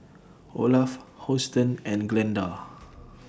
Olaf Houston and Glenda